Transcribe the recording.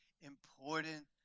important